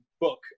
book